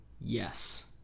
Yes